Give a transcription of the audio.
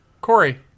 Corey